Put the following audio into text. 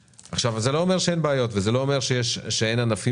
זה לא אומר שאין בעיות וזה לא אומר שאין ענפים